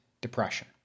depression